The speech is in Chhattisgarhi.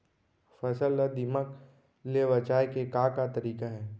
फसल ला दीमक ले बचाये के का का तरीका हे?